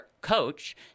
coach